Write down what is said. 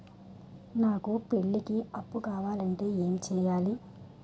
నాకు పెళ్లికి అప్పు కావాలంటే ఏం చేయాలి?